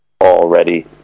already